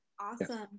Awesome